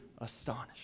astonished